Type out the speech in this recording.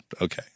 Okay